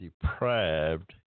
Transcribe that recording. deprived